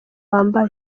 wambaye